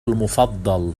المفضل